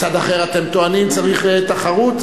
מצד אחר אתם טוענים שצריך תחרות.